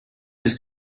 ist